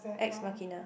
ex machina